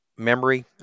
memory